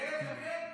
אילת שקד?